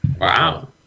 Wow